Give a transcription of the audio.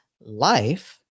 life